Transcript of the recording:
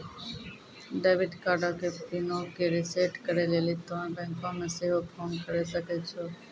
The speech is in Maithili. डेबिट कार्डो के पिनो के रिसेट करै लेली तोंय बैंको मे सेहो फोन करे सकै छो